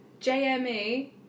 JME